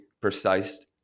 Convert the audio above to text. precise